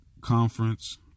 conference